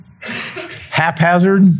haphazard